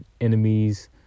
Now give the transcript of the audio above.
enemies